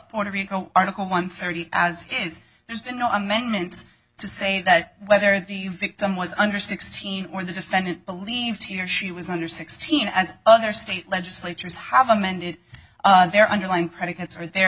puerto rico article one thirty as it is there's been no amendments to say that whether the victim was under sixteen or the defendant believed here she was under sixteen as other state legislatures have amended their underlying predicates or their